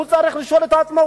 הוא צריך לשאול את עצמו,